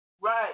Right